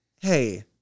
Hey